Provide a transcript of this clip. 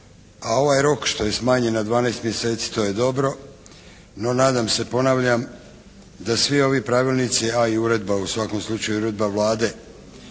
A ovaj rok što je smanjen na 12 mjeseci to je dobro no nadam se, ponavljam da svi ovi pravilnici a i uredba u svakom slučaju, i uredba Vlade